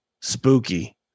spooky